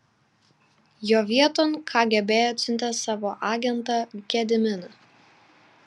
jo vieton kgb atsiuntė savo agentą gediminą